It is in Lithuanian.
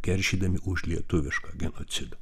keršydami už lietuvišką genocidą